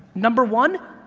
number one,